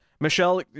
michelle